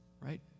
Right